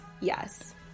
Yes